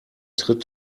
tritt